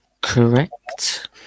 correct